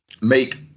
make